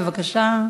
3979,